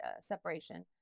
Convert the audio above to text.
separation